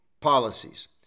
policies